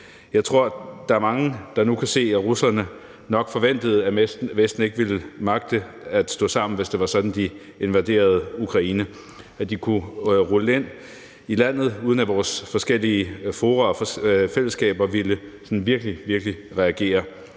Jeg tror, der er mange, der nu kan se, at russerne nok forventede, at Vesten ikke ville magte at stå sammen, hvis det var sådan, at de invaderede Ukraine – at de kunne rulle ind i landet, uden at vores forskellige fora og fællesskaber sådan virkelig, virkelig